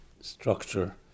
structure